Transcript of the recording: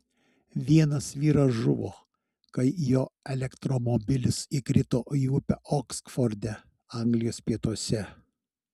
vienas vyras žuvo kai jo elektromobilis įkrito į upę oksforde anglijos pietuose